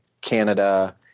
Canada